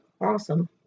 awesome